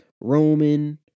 Roman